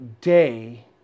day